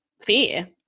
fear